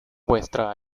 vuestra